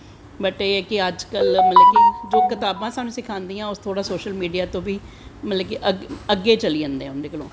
बस एह् ऐ कि अज्ज कल जो कताबां सखांदियां ओह् कुश सोशल मीडिया तो बी मतलव कि अग्गैं चली जंदा ऐ उंदे कोलों